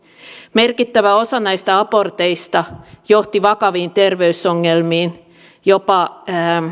merkittävä osa näistä aborteista johti vakaviin terveysongelmiin jopa